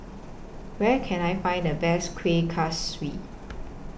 Where Can I Find The Best Kuih Kaswi